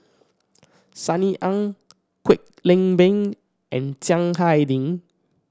Sunny Ang Kwek Leng Beng and Chiang Hai Ding